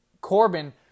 Corbin